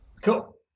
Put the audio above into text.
Cool